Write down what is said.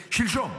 שלשום,